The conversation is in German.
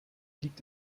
liegt